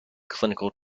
clinical